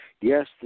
Yes